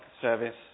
service